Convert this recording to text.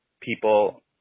people